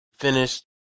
Finished